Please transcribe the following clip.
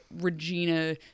Regina